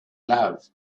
love